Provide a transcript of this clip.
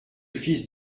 fils